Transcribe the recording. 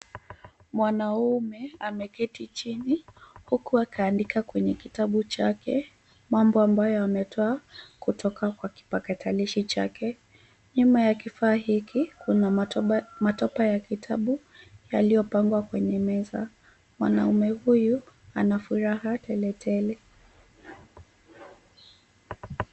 Mwanaume ameketi chini huku akaandika kwenye kitabu chake mambo ambayo ametoa kutoka katika kipatakanishi chake. Nyuma ya kifaa hiki kuna matopa ya kitabu yaliyopangwa kwenye meza. Mwanaume huyu ana furaha teletele.